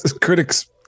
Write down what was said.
critic's